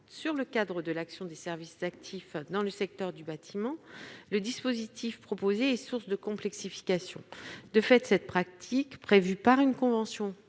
sur le cadre de l'action des services actifs dans le secteur du bâtiment, le dispositif proposé est source de complexification. De fait, cette pratique, prévue par une convention en